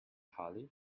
hollie